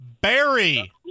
Barry